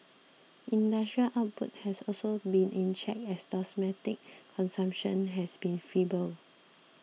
industrial output has also been in check as domestic consumption has been feeble